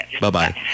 Bye-bye